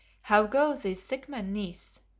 how go these sick men, niece?